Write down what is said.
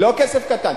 לא כסף קטן.